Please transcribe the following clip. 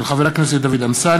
מאת חבר הכנסת דוד אמסלם,